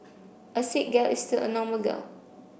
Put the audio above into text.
a sick gal is still a normal gal